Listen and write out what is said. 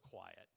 quiet